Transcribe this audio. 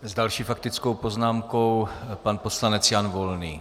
S další faktickou poznámkou pan poslanec Jan Volný.